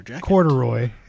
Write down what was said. corduroy